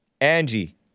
Angie